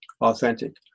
authentic